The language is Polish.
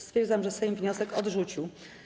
Stwierdzam, że Sejm wniosek odrzucił.